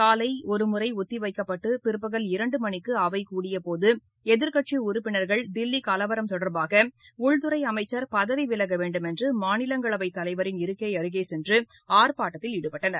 காலை ஒரு முறை ஒத்திவைக்கப்பட்டு பிற்பகல் இரண்டு மணிக்கு அவை கூடியபோது எதிர்க்கட்சி உறுப்பினர்கள் தில்லி கலவரம் தொடர்பாக உள்துறை அமைச்சர் பதவி விலக வேண்டுமென்று மாநிலங்களவைத் தலைவரின் இருக்கே அருகே சென்று ஆர்ப்பாட்டத்தில் ஈடுபட்டனர்